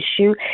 issue